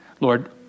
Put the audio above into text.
Lord